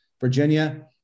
Virginia